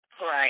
Right